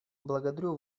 благодарю